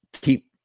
keep